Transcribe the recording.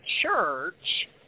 church